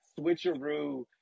switcheroo